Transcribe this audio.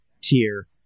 tier